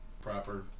Proper